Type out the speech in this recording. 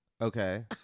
Okay